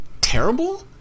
terrible